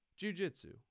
jujitsu